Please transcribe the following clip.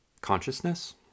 consciousness